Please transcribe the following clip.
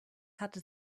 hatte